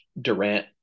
Durant